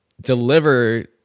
deliver